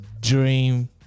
dream